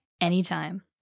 anytime